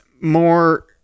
more